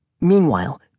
Meanwhile